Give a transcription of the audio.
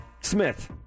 Smith